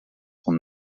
vom